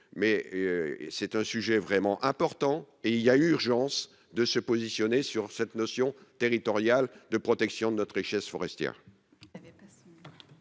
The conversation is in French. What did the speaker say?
mais c'est un sujet vraiment important et il y a urgence de se positionner sur cette notion territoriale de protection de notre richesse forestière.